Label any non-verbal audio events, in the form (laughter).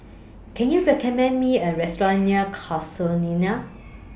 (noise) Can YOU recommend Me A Restaurant near Casuarina